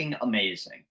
amazing